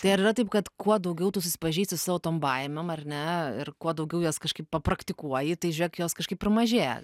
tai ar yra taip kad kuo daugiau tu susipažįsti su tavo tom baimėm ar ne ir kuo daugiau jas kažkaip praktikuoji tai žiūrėk jos kažkaip ir mažėja